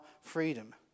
freedom